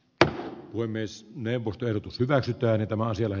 tämä voi myös new orderit hyväksytään että maa siellä